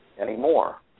anymore